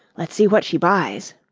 let's see what she buys.